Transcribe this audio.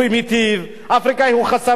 אפריקני הוא לא מספיק משכיל,